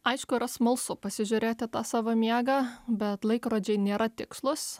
aišku yra smalsu pasižiūrėt į tą savo miegą bet laikrodžiai nėra tikslūs